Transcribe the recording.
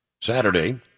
Saturday